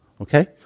okay